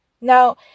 Now